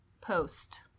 Post